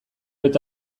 eta